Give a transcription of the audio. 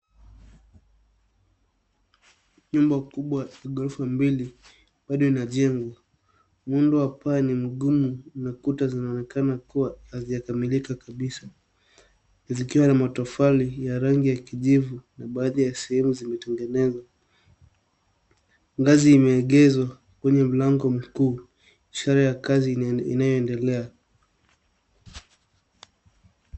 Nyumba kubwa ya ghorofa mbili bado inajengwa. Muundo wa paa ni mgumu, na kuta zinaonekana kuwa hazijakamilika kabisa. zikiwa na matofali ya rangi ya kijivu na baadhi ya sehemu zimetengenezwa. Ngazi imeegezwa kwenye mlango mkuu. Ishara ya kazi inayoendelea.